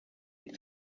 die